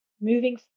moving